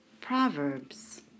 Proverbs